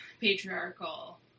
patriarchal